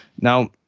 now